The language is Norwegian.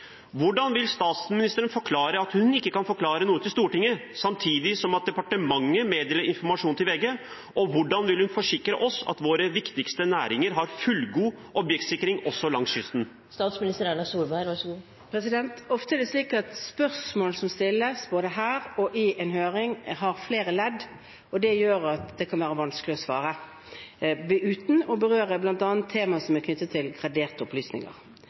Hvordan vil statsministeren forklare at hun ikke kan forklare noe til Stortinget, samtidig som departementet meddeler informasjon til VG? Og hvordan vil hun forsikre oss om at våre viktigste næringer har fullgod objektsikring også langs kysten? Ofte er det slik at spørsmål som stilles, både her og i en høring, har flere ledd. Det gjør at det kan være vanskelig å svare uten å berøre bl.a. tema som er knyttet til graderte opplysninger.